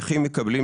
נכים מקבלים,